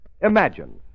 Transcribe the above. Imagine